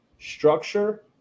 structure